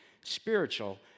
spiritual